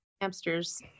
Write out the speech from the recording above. hamsters